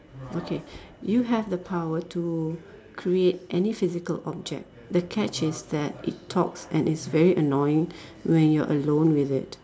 okay you have the power to create any physical object the catch is that it talks and it's very annoying when you're alone with it